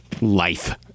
life